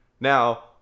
now